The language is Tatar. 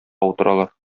утыралар